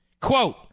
Quote